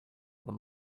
them